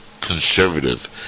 conservative